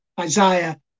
Isaiah